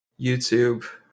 YouTube